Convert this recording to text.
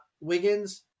Wiggins